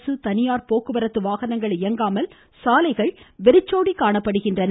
அரசு தனியார் போக்குவரத்து வாகனங்கள் இயங்காமல் சாலைகள் வெறிச்சோடி காணப்படுகின்றன